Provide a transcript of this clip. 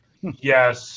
Yes